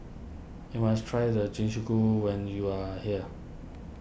you must try the when you are here